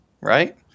Right